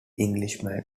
englishman